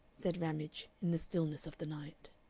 said ramage, in the stillness of the night.